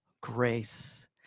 grace